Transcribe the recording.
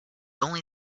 only